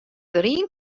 deryn